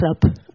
club